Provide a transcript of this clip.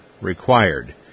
required